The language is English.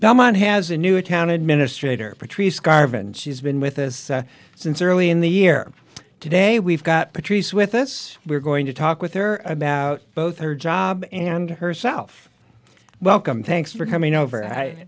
belmont has a new town administrator patrice garvan she's been with us since early in the year today we've got patrice with us we're going to talk with her about both her job and herself welcome thanks for coming over